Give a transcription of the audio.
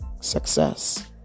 success